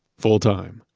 full-time.